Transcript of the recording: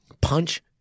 punch